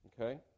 Okay